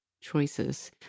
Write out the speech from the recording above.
choices